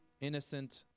innocent